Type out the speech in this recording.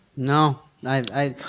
no. i.